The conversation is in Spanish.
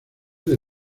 del